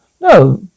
No